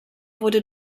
wurde